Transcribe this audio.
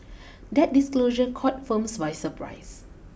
that disclosure caught firms by surprise